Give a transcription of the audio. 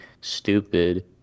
stupid